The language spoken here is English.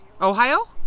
Ohio